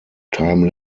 time